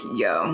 yo